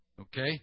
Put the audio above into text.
okay